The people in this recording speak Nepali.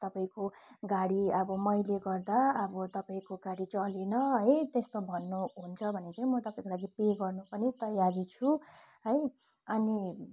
तपाईँको गाडी अब मैले गर्दा अब तपाईँको गाडी चलेन है त्यसो भन्नुहुन्छ भने चाहिँ म तपाईँलाई पे गर्न पनि तयारी छु है अनि